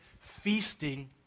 feasting